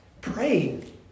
praying